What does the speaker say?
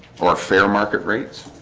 for a fair market rates,